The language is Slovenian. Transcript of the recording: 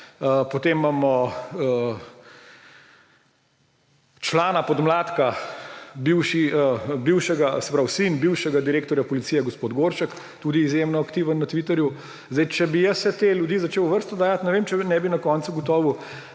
potem imamo člana podmladka, sin bivšega direktorja policije gospod Goršek, tudi izjemno aktiven na Twitterju. Če bi jaz vse te ljudi začel v vrsto dajati, ne vem, če ne bi na koncu ugotovil,